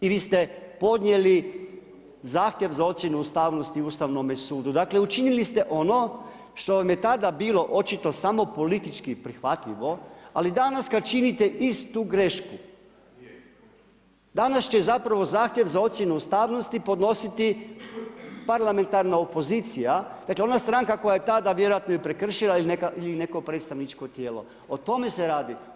I vi ste podnijeli zahtjev za ocjenu ustavnosti Ustavnome sudu, dakle učinili ste ono što vam je tada bilo očito samo politički prihvatljivo, ali danas kada činite istu grešku, danas će zapravo zahtjev za ocjenom ustavnosti podnositi parlamentarna opozicija, dakle ona stranka koja je tada vjerojatno prekršila ili neko predstavničko tijelo, o tome se radi.